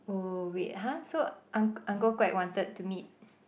oh wait [huh] so unc~ Uncle Quek wanted to meet